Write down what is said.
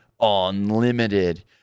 Unlimited